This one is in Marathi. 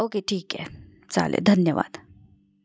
ओके ठीक आहे चालेल धन्यवाद